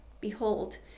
Behold